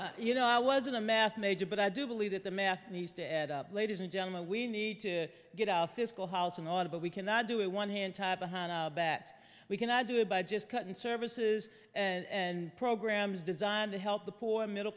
was you know i wasn't a math major but i do believe that the math needs to add up ladies and gentlemen we need to get our fiscal house in order but we cannot do it one hand tied behind that we cannot do it by just cutting services and programs designed to help the poor middle